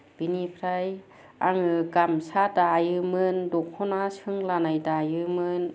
बिनिफ्राय आङो गामसा दायोमोन दख'ना सोंलानाय दायोमोन